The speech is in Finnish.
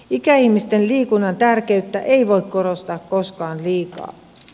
ikäihmisten liikunnan tärkeyttä ei voi korostaa koskaan liikaa